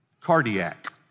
cardiac